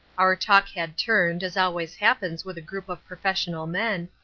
our talk had turned, as always happens with a group of professional men,